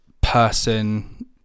person